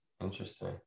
interesting